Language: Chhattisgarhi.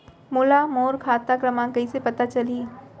मोला मोर खाता क्रमाँक कइसे पता चलही?